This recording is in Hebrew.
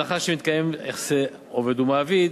בהנחה שמתקיימים יחסי עובד ומעביד.